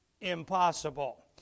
impossible